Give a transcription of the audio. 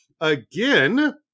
again